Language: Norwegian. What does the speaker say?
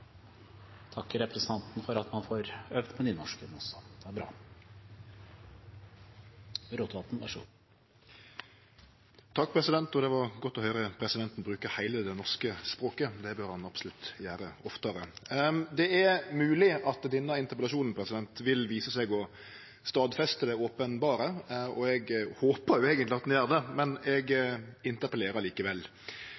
takker representanten for at man får øvd på nynorsken også. Det er bra. Det var godt å høyre presidenten bruke heile det norske språket. Det bør han absolutt gjere oftare. Det er mogleg at denne interpellasjonen vil vise seg å stadfeste det openberre. Eg håpar eigentleg at han gjer det, men